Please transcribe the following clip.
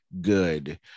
good